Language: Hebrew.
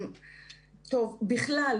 בכלל,